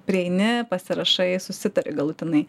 prieini pasirašai susitari galutinai